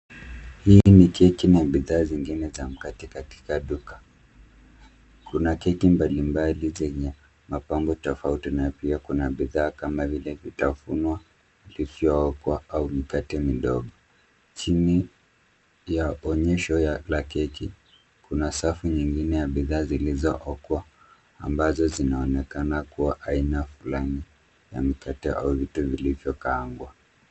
Hii ni keki na bidhaa zingine za mkate katika duka. Kuna keki mbali mbali zenye mapambo tofauti na pia kuna bidhaa kama vile vitafunwa [visiookwa] au mikate midogo chini ya onyesho la keki kuna safu nyingine ya bidhaa zilizookwa ambazo zinaonekana aina fulani ya mkate au vitu vilivyokarangwa.